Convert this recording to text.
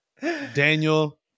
Daniel